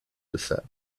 descent